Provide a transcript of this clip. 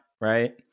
right